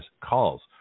calls